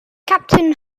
captain